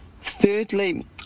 thirdly